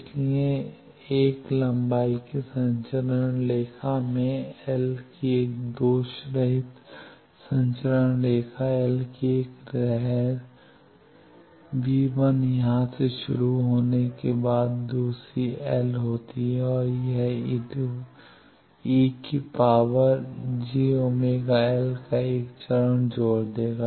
इसलिए लंबाई l की एक संचरण रेखा में l की एक दोषरहित संचरण रेखा l एक लहर यहाँ से शुरू होने के बाद दूरी l होती है और यह e jβl का एक चरण जोड़ देगा